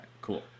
cool